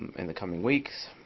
in the coming weeks,